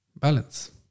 balance